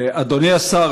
אדוני השר,